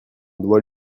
doit